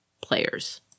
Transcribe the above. players